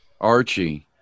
Archie